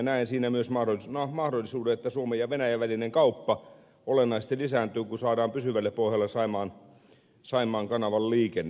näen siinä myös mahdollisuuden että suomen ja venäjän välinen kauppa olennaisesti lisääntyy kun saadaan pysyvälle pohjalle saimaan kanavan liikenne